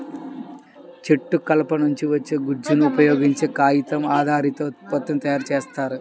చెట్టు కలప నుంచి వచ్చే గుజ్జును ఉపయోగించే కాగితం ఆధారిత ఉత్పత్తులను తయారు చేస్తారు